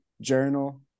journal